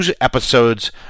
episodes